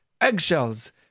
eggshells